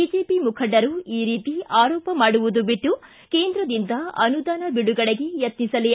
BJP ಮುಖಂಡರು ಈ ರೀತಿ ಆರೋಪ ಮಾಡುವುದು ಬಿಟ್ಟು ಕೇಂದ್ರದಿಂದ ಅನುದಾನ ಬಿಡುಗಡೆಗೆ ಯತ್ನಿಸಲಿ